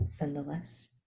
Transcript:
nonetheless